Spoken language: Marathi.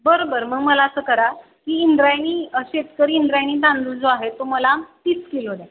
बरं बरं मग मला असं करा की इंद्रायणी शेतकरी इंद्रायणी तांदूळ जो आहे तो मला तीस किलो द्या